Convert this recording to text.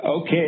Okay